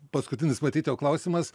paskutinis matyt jau klausimas